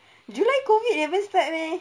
july COVID never start meh